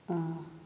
ꯑꯥ